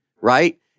right